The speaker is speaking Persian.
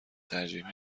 ترجیح